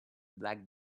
black